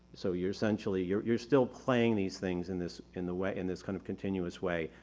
so you're essentially you're you're still playing these things in this in the way in this kind of continuous way.